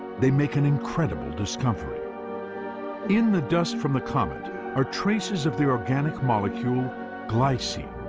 they make an incredible discovery in the dust from the comet are traces of the organic molecule glycine,